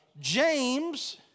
James